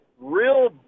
real